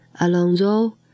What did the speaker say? Alonso